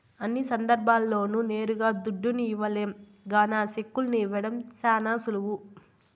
అన్ని సందర్భాల్ల్లోనూ నేరుగా దుడ్డుని ఇవ్వలేం గాన సెక్కుల్ని ఇవ్వడం శానా సులువు